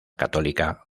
católica